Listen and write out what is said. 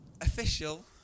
Official